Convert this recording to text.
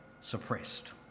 suppressed